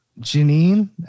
Janine